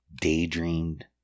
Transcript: daydreamed